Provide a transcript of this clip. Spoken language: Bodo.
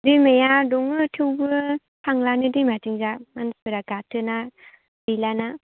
दैमाया दङ थेवबो थांलानो दैमाथिंजा मानसिफोरा गाथोना गैलाना